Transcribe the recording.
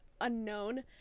unknown